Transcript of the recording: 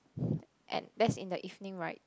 and that's in the evening right